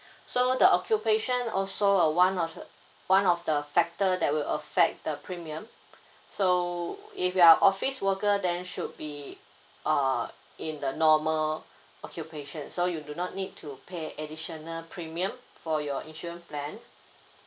so the occupation also uh one of the one of the factor that will affect the premium so if you are office worker then should be uh in the normal occupation so you do not need to pay additional premium for your insurance plan